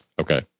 Okay